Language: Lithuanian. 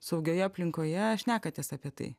saugioje aplinkoje šnekatės apie tai